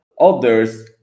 Others